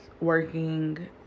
working